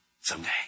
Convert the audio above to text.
someday